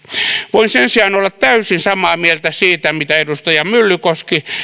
voin sen sijaan olla täysin samaa mieltä siitä mitä edustaja myllykoski